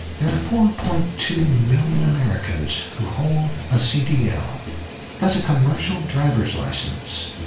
there are four point two million americans who hold a cdl that's a commercial driver's license.